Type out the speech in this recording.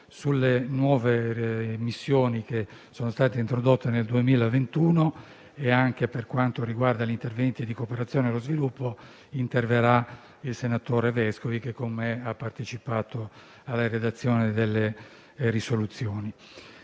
sulle nuove missioni che sono state introdotte nel 2021. Per quanto riguarda gli interventi di cooperazione allo sviluppo interverrà il senatore Vescovi, che con me ha partecipato alla redazione delle risoluzioni.